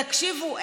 תקשיבו,